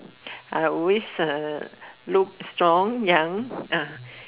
I always uh look strong young ya